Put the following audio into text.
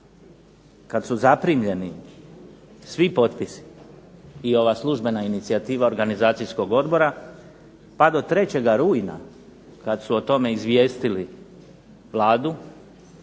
kad su zaprimljeni svi potpisi i ova službena inicijativa organizacijskog odbora, pa do 3. rujna kad su o tome izvijestili Vladu,